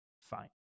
fine